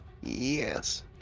Yes